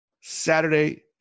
Saturday